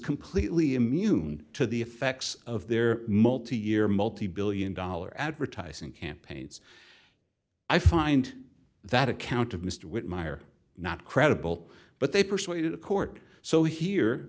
completely immune to the effects of their multi year multi billion dollar advertising campaigns i find that account of mr whitmire not credible but they persuaded the court so here